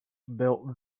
built